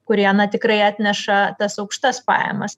kurie na tikrai atneša tas aukštas pajamas